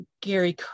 gary